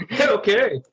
Okay